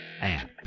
app